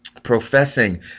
professing